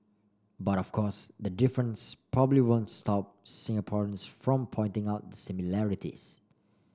but of course the difference probably won't stop Singaporeans from pointing out similarities